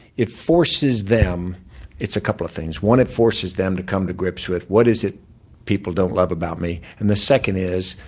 it forces them it's a couple of things. one, it forces them to come to grips with, what is it people don't love about me? and the second is,